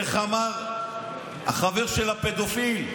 איך אמר החבר של הפדופיל,